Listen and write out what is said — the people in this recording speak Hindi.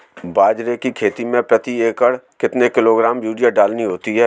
बाजरे की खेती में प्रति एकड़ कितने किलोग्राम यूरिया डालनी होती है?